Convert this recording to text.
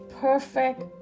perfect